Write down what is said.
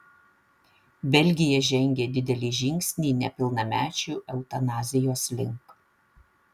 belgija žengė didelį žingsnį nepilnamečių eutanazijos link